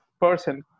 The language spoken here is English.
person